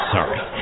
Sorry